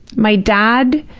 my dad,